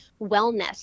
wellness